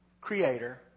creator